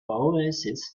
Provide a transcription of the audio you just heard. oasis